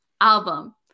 album